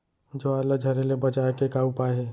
ज्वार ला झरे ले बचाए के का उपाय हे?